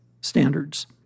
standards